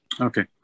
Okay